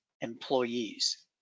employees